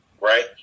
right